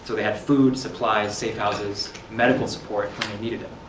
so they had food, supplies, safehouses, medical support when they needed it.